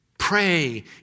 Pray